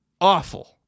awful